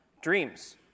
dreams